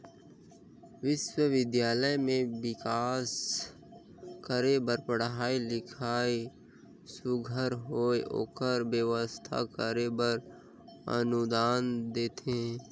बिस्वबिद्यालय में बिकास करे बर पढ़ई लिखई सुग्घर होए ओकर बेवस्था करे बर अनुदान देथे